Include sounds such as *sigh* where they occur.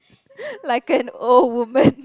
*laughs* like an old woman